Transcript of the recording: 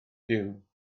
duw